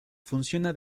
funciona